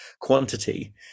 quantity